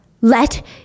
Let